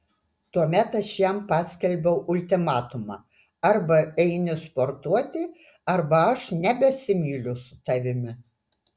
tuomet aš jam paskelbiau ultimatumą arba eini sportuoti arba aš nebesimyliu su tavimi